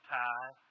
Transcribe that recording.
tie